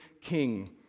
king